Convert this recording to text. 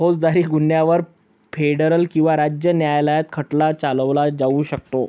फौजदारी गुन्ह्यांवर फेडरल किंवा राज्य न्यायालयात खटला चालवला जाऊ शकतो